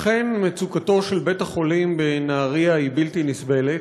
אכן, מצוקתו של בית-החולים בנהריה היא בלתי נסבלת.